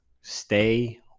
stay